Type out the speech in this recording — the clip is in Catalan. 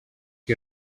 qui